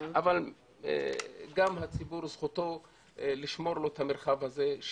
גם הציבור זכותו לשמור לו את המרחב הזה,